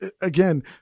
Again